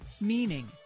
Meaning